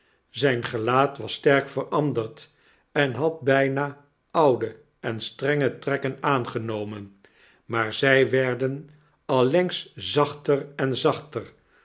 zijn gelaat was sterk veranderd en had byna oude en strenge trekken aangenomen maar zij werden allengs zachter en zachter